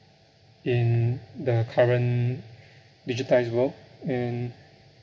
in the current digitized world and